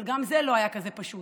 אבל גם זה לא היה כזה פשוט.